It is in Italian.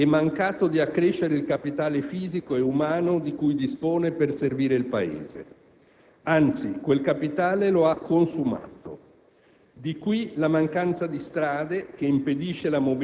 anno dopo anno esso ha accumulato debito e mancato di accrescere il capitale fisico e umano di cui dispone per servire il Paese. Anzi, quel capitale lo ha consumato.